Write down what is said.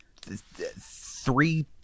three